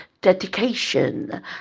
dedication